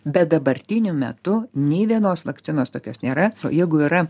bet dabartiniu metu nei vienos vakcinos tokios nėra jeigu yra